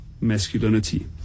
masculinity